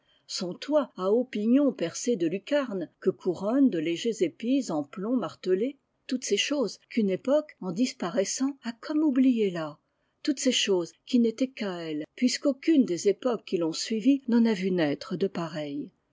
son toit à hauts pignons percé de lucarnes que couronnent de légers épis en plomb martelé toutes ces choses qu'une époque en disparaissant a comme oubliées là toutes ces choses qui n'étaient qu'à elle puisque aucune des époques qui l'ont suivie n'en a vu naître de pareilles